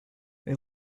they